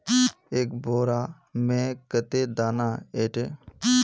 एक बोड़ा में कते दाना ऐते?